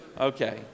Okay